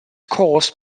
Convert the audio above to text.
caused